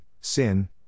sin